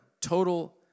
total